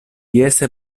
jese